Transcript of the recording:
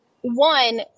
One